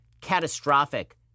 catastrophic